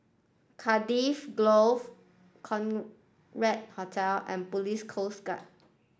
Cardiff Grove Hotel and Police Coast Guard